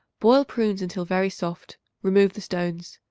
boil prunes until very soft remove the stones.